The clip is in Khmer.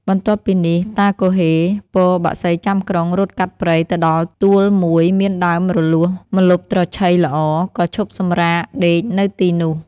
បន្ទាប់ពីនេះ តាគហ៊េ ពរបក្សីចាំក្រុងរត់កាត់ព្រៃទៅដល់ទួលមួយមានដើមរលួសម្លប់ត្រឈៃល្អ ក៏ឈប់សំរាកដេក នៅទីនោះ។